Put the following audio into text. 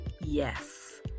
Yes